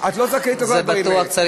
את לא זכאית, את זה בטח צריך